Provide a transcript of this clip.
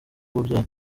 wabyaye